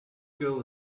girl